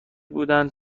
بودند